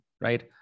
Right